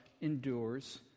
endures